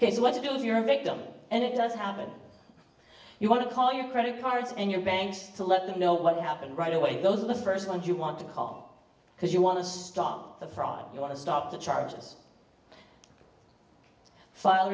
it's what you do if you're a victim and it does happen you want to call your credit cards and your banks to let them know what happened right away those are the first ones you want to call because you want to stop the fraud you want to stop the charges file